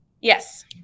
Yes